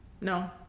No